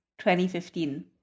2015